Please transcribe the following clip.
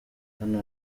hano